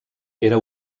era